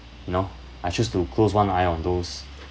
know I choose to close one eye on those